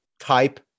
type